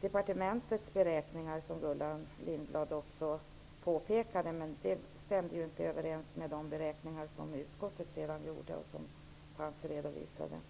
departementets beräkningar, vilket Gullan Lindblad också påpekade. Det stämde inte överens med de beräkningar som utskottet sedan gjorde och som redovisades.